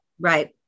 Right